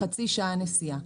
חצי שעה נסיעה.